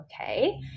okay